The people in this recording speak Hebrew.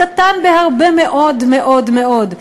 קטן בהרבה מאוד מאוד מאוד.